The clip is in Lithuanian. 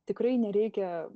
tikrai nereikia